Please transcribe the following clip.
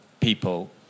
people